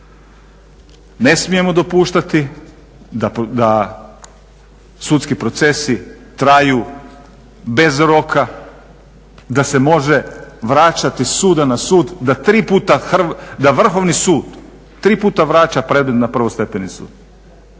Ne smijemo dopuštati da sudski procesi traju bez roka, da se može vraćati sa suda na sud da tri puta da Vrhovni sud tri puta vraća predmet na prvu stepenicu,